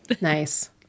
nice